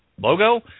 logo